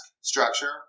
structure